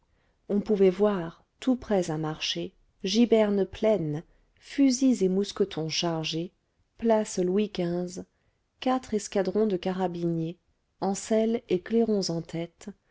on pouvait voir tout prêts à marcher gibernes pleines fusils et mousquetons chargés place louis xv quatre escadrons de carabiniers en selle et clairons en tête